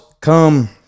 come